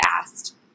asked